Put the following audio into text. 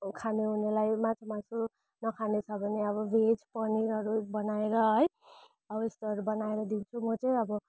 खानुहुनेलाई माछा मासु नखाने छ भने अब भेज पनिरहरू बनाएर है यस्तोहरू बनाएर दिन्छु म चाहिँ अब